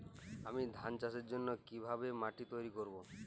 আমি ধান চাষের জন্য কি ভাবে মাটি তৈরী করব?